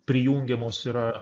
prijungiamos yra